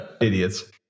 idiots